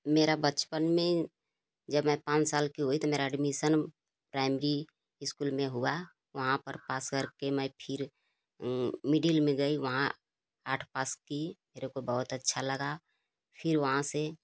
मेरा बचपन में जब मै पाँच साल की हुई तब मेरा एडमिसन प्राइमरी स्कूल में हुआ वहाँ पर पास करके मैं फिर मिडिल में गई वहाँ आठ पास की मेरे को बहुत अच्छा लगा फिर वहाँ से